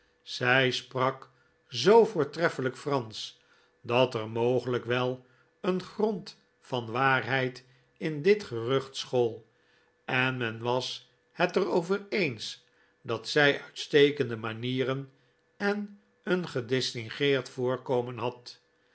zij sprak zoo voortreffelijk fransch dat er mogelijk wel een grond van waarheid in dit gerucht school en men was het er over eens dat zij uitstekende manieren en een gedistingeerd voorkomen had